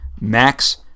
Max